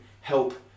help